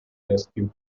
rescue